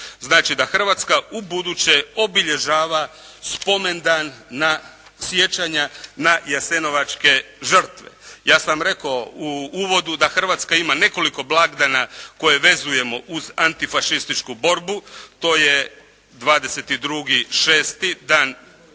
Znači da Hrvatska ubuduće obilježava spomendan na sjećanja na jasenovačke žrtve. Ja sam rekao u uvodu da Hrvatska ima nekoliko blagdana koje vezujemo uz antifašističku borbu. To je 22.6. Dan